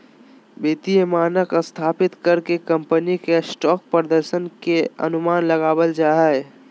वित्तीय मानक स्थापित कर के कम्पनी के स्टॉक प्रदर्शन के अनुमान लगाबल जा हय